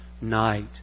night